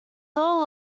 little